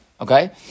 Okay